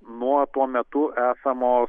nuo tuo metu esamo